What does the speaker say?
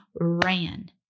ran